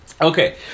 okay